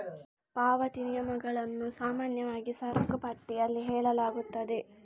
ಪಾವತಿ ನಿಯಮಗಳನ್ನು ಸಾಮಾನ್ಯವಾಗಿ ಸರಕು ಪಟ್ಟಿಯಲ್ಲಿ ಹೇಳಲಾಗುತ್ತದೆ